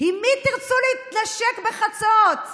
עם מי תרצו להתנשק בחצות?